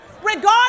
Regardless